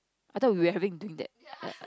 I thought we were having doing that